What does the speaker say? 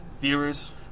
viewers